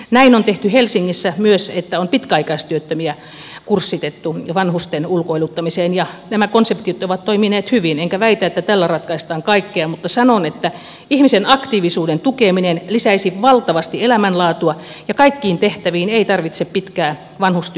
näin on tehty helsingissä myös että on pitkäaikaistyöttömiä kurssitettu vanhusten ulkoiluttamiseen ja nämä konseptit ovat toimineet hyvin enkä väitä että tällä ratkaistaan kaikkea mutta sanon että ihmisen aktiivisuuden tukeminen lisäisi valtavasti elämänlaatua ja kaikkiin tehtäviin ei tarvitse pitkää vanhustyön koulutusta